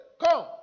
Come